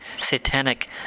satanic